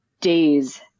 days